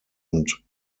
und